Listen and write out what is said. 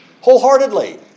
wholeheartedly